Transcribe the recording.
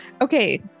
Okay